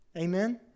Amen